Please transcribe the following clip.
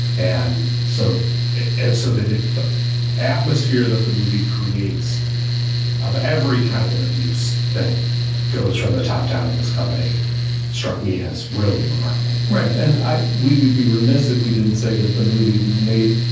and so and so the the atmosphere that the movie creates of every kind of abuse that goes from the top down in this company struck me as really remarkable right. and we would be remiss if we didn't say that the movie made,